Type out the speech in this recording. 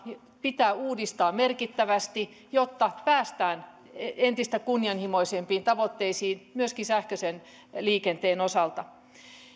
pitää uudistaa merkittävästi jotta päästään entistä kunnianhimoisempiin tavoitteisiin myöskin sähköisen liikenteen osalta